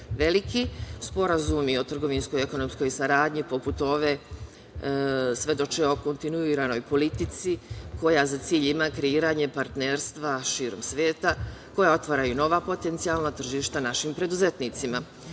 veliki, sporazumi o trgovinskoj ekonomskoj saradnji poput ove svedoče o kontinuiranoj politici koja za cilj ima kreiranje partnerstva širom sveta, koja otvaraju nova potencijalna tržišta našim preduzetnicima. Ovakvi